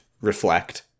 reflect